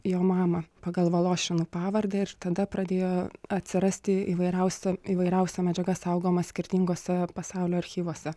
jo mamą pagal valošinų pavardę ir tada pradėjo atsirasti įvairiausių įvairiausia medžiaga saugoma skirtinguose pasaulio archyvuose